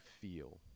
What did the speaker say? feel